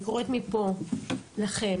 אני קוראת מפה לכם,